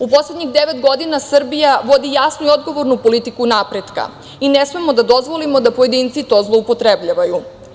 U poslednjih devet godina Srbija vodi jasnu i odgovornu politiku napretka i ne smemo da dozvolimo da pojedinci to zloupotrebljavaju.